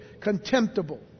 contemptible